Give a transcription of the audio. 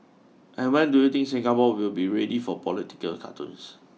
and when do you think Singapore will be ready for political cartoons